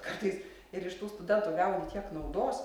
kartais ir iš tų studentų gauni tiek naudos